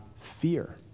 fear